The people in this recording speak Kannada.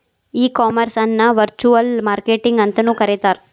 ಈ ಕಾಮರ್ಸ್ ಅನ್ನ ವರ್ಚುಅಲ್ ಮಾರ್ಕೆಟಿಂಗ್ ಅಂತನು ಕರೇತಾರ